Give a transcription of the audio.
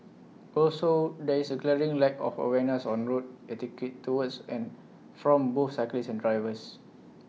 also there is A glaring lack of awareness on road etiquette towards and from both cyclists and drivers